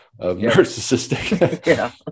narcissistic